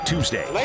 Tuesday